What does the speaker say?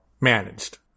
managed